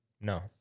No